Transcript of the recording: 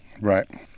Right